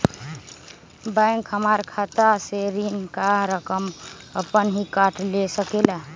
Bank हमार खाता से ऋण का रकम अपन हीं काट ले सकेला?